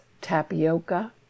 tapioca